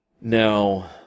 Now